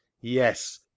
yes